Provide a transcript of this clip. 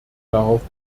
darauf